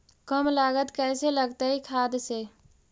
कम लागत कैसे लगतय खाद से?